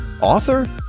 author